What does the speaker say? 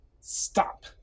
Stop